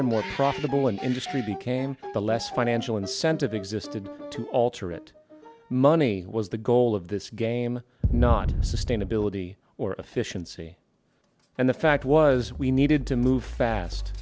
and more profitable industry became the less financial incentive existed to alter it money was the goal of this game not sustainability or efficiency and the fact was we needed to move fast